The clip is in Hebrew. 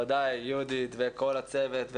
ודאי ליהודית וכל הצוות,